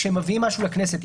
כשמביאים משהו לכנסת,